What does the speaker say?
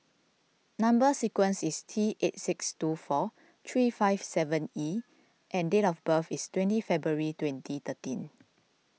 Number Sequence is T eight six two four three five seven E and date of birth is twenty February twenty thirteen